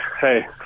hey